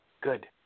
Good